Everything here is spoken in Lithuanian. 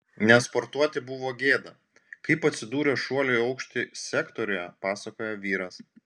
nesportuoti buvo gėda kaip atsidūrė šuolių į aukštį sektoriuje pasakoja vyras